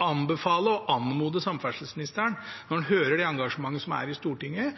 anbefale og anmode samferdselsministeren, når han hører det engasjementet som er i Stortinget,